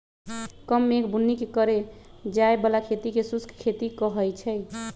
कम मेघ बुन्नी के करे जाय बला खेती के शुष्क खेती कहइ छइ